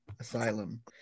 asylum